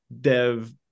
dev